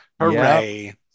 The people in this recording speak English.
Hooray